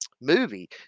movie